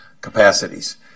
capacities